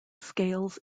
scales